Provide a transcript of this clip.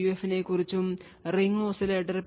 F നെക്കുറിച്ചും ring oscillator P